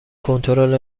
کنترل